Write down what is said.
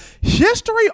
history